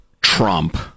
Trump